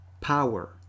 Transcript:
power